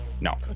No